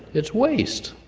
it's waste,